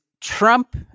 Trump